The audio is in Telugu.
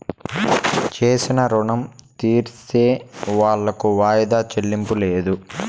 చేసిన రుణం తీర్సేవాళ్లకు వాయిదా చెల్లింపు లేదు